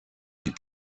des